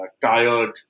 tired